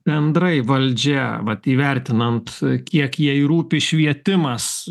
bendrai valdžia vat įvertinant kiek jai rūpi švietimas